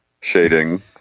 shading